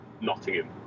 Nottingham